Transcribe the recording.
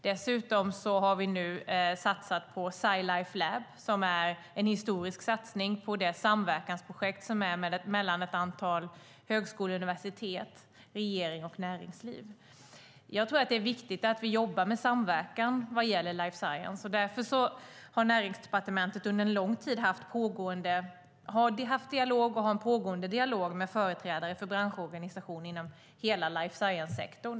Dessutom har vi nu satsat på Sci Life Lab. Det är en historisk satsning på ett samverkansprojekt mellan ett antal högskolor och universitet och regering och näringsliv. Jag tror att det är viktigt att vi jobbar med samverkan vad gäller life science. Därför har Näringsdepartementet under en lång tid haft en dialog - och man har en pågående dialog - med företrädare för branschorganisationer inom hela life science-sektorn.